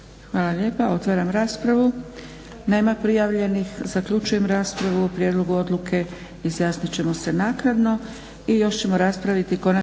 Hvala lijepa. Otvaram raspravu. Nema prijavljenih. Zaključujem raspravu o prijedlogu odluke izjasnit ćemo se naknadno. **Stazić, Nenad